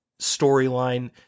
storyline